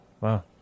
wow